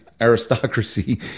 aristocracy